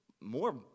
more